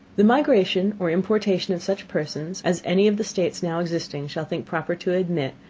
the migration or importation of such persons as any of the states now existing shall think proper to admit,